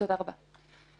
תודה רבה.